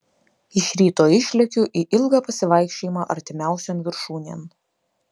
iš ryto išlekiu į ilgą pasivaikščiojimą artimiausion viršūnėn